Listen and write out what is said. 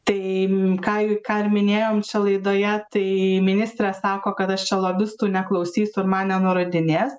tai ką ką ir minėjom čia laidoje tai ministrė sako kad aš čia lobistų neklausysiu ir man nenurodinės